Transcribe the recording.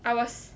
I was